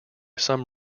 some